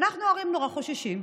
אנחנו ההורים נורא חוששים,